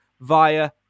via